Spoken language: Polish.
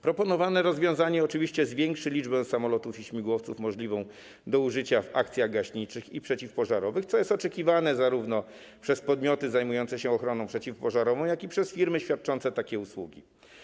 Proponowane rozwiązanie oczywiście zwiększy liczbę samolotów i śmigłowców do użycia w akcjach gaśniczych i przeciwpożarowych, co jest oczekiwane zarówno przez podmioty zajmujące się ochroną przeciwpożarową, jak i firmy świadczące takie usługi.